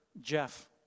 Jeff